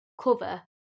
cover